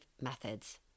methods